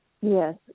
Yes